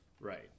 Right